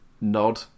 nod